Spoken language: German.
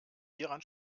hieran